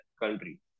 country